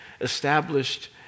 established